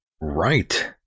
Right